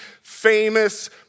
famous